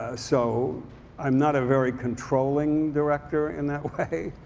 ah so i'm not a very controlling director in that way.